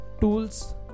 tools